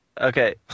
okay